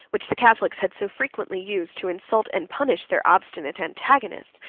which the catholics had so frequently used to insult and punish their obstinate antagonists,